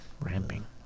Ramping